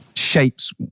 shapes